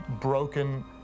broken